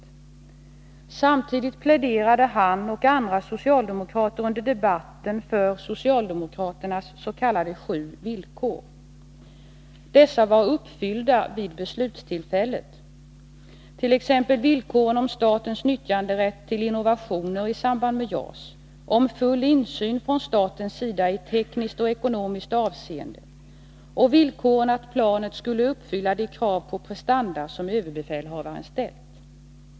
Samtidigt pläderade han och andra socialdemokrater under debatten för socialdemokraternas s.k. sju villkor. Dessa var uppfyllda redan vid beslutstillfället, t.ex. villkoret om statens nyttjanderätt till innovationer i samband med JAS, villkoret om full insyn från statens sida i tekniskt och ekonomiskt avseende och villkoret att planet skulle uppfylla de krav på prestanda som överbefälhavaren ställt.